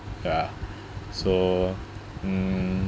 ya so mm